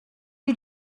you